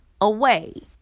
away